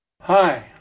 Hi